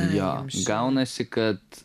jo gaunasi kad